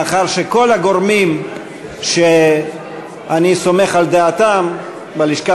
לאחר שכל הגורמים שאני סומך על דעתם בלשכה